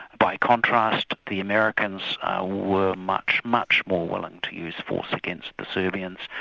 by contrast, the americans were much, much more willing to use force against the serbians,